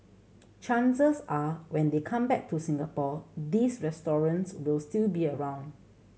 chances are when they come back to Singapore these will still be around